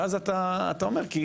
ואז אתה אומר: כי